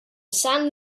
sand